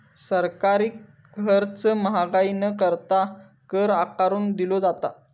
सरकारी खर्च महागाई न करता, कर आकारून दिलो जाता